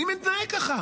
מי מתנהג ככה?